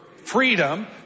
freedom